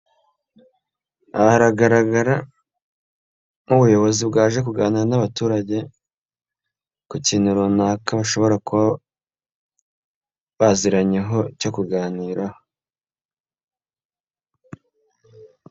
Aha hagaragara nk'ubuyobozi bwaje kuganira n'abaturage, ku kintu runaka bashobora kuba baziranyeho, cyo kuganiraho.